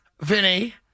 Vinny